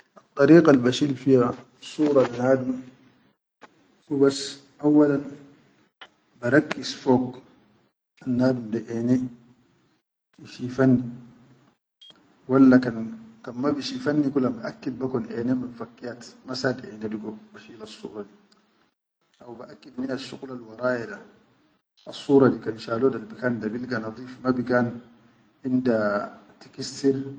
Addariqal ba shil fiya sura le nadum hubas auwalan ba rakkis fog nadum da eniʼishifanni walla kan ma bishifanni kula biʼakid be kon kan eni mufakkiyat ba sad eni digo ba shi lal sura di, haw baʼakid minal shuqula wa raya da, asura di kan shalo al bikan bilga nadif ma bikan inda kikissir.